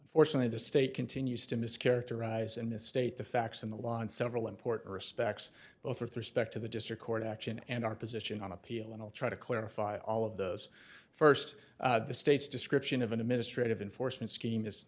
unfortunately the state continues to mischaracterize in this state the facts and the law in several important respects both respect to the district court action and our position on appeal and i'll try to clarify all of those first the state's description of an administrative enforcement scheme is